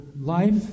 life